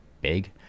big